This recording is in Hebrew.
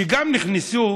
וגם נכנסו